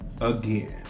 again